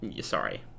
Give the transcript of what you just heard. Sorry